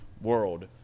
world